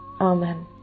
Amen